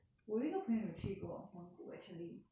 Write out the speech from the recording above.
我有一个朋友有去过蒙古 actually